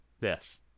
Yes